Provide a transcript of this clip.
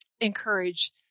encourage